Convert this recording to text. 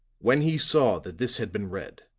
when he saw that this had been read,